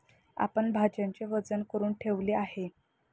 आपण भाज्यांचे वजन करुन ठेवले आहे